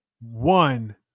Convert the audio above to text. One